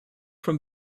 from